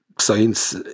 science